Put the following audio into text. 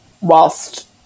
whilst